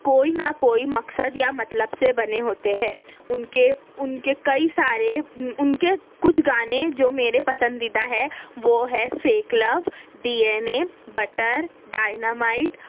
کوئی نہ کوئی مقصد یا مطلب سے بنے ہوتے ہیں اُن کے اُن کے کئی سارے اُن کے کچھ گانے جو میرے پسندیدہ ہیں وہ ہے Fake Love D N A Butter dynamite